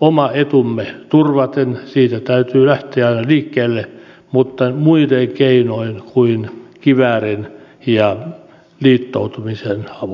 oma etumme turvaten siitä täytyy lähteä aina liikkeelle mutta muilla keinoin kuin kiväärin ja liittoutumisen avulla